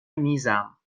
میزم